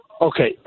okay